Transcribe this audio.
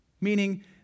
meaning